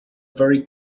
very